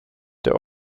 der